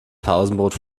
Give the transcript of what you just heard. pausenbrot